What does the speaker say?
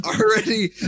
already